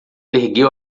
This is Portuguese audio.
ergueu